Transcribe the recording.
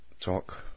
talk